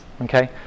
okay